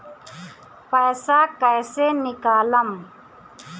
पैसा कैसे निकालम?